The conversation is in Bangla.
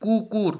কুকুর